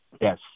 yes